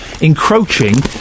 encroaching